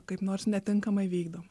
kaip nors netinkamai vykdoma